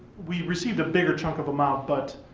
we received a bigger chunk of amount, but